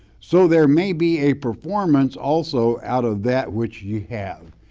so there may be a performance also out of that which ye have.